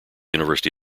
university